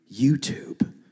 YouTube